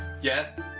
yes